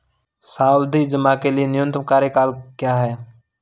सावधि जमा के लिए न्यूनतम कार्यकाल क्या है?